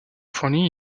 fourni